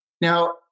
Now